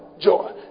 joy